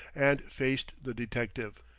and faced the detective.